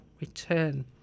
Return